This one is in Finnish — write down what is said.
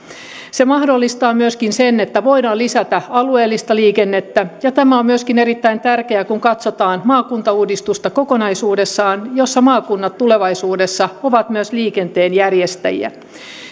se mahdollistaa myöskin sen että voidaan lisätä alueellista liikennettä tämä on myöskin erittäin tärkeää kun katsotaan maakuntauudistusta kokonaisuudessaan jossa maakunnat tulevaisuudessa ovat myös liikenteen järjestäjiä